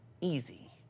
easy